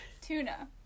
Tuna